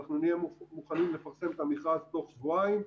אנחנו נהיה מוכנים לפרסם אץ המכרז תוך שבועיים.